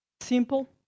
Simple